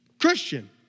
Christian